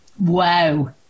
wow